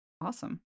Awesome